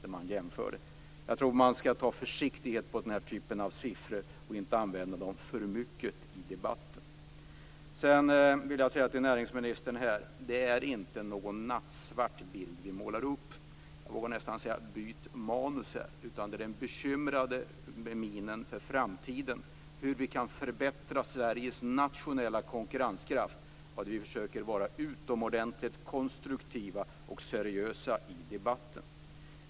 Jag tror att man skall vara försiktig med den här typen av siffror och inte använda dem för mycket i debatten. Sedan vill jag säga till näringsministern att det inte är någon nattsvart bild vi målar upp. Jag vågar nästan säga: Byt manus. Vi är bekymrade inför framtiden och för hur vi kan förbättra Sveriges nationella konkurrenskraft. Vi måste vara utomordentligt konstruktiva och seriösa i debatten.